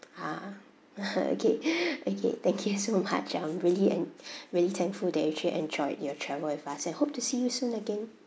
ah okay okay thank you so much um really en~ really thankful that you actually enjoyed your travel with us and hope to see you soon again